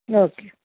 okay